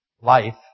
life